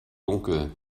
dunkel